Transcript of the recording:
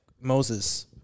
Moses